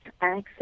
access